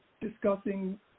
discussing